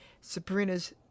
Sabrina's